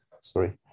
sorry